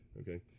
Okay